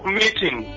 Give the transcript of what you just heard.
meeting